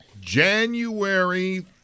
January